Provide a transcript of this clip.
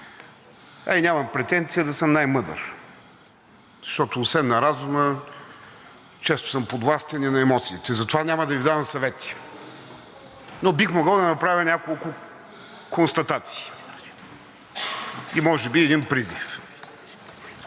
а и нямам претенции да съм най-мъдър, защото освен на разума често съм подвластен на емоциите. Затова няма да Ви давам съвети, но бих могъл да направя няколко констатации и може би един призив.